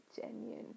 genuine